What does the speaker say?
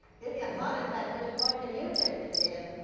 give me a heart attack, just watching you take the stairs.